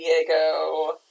Diego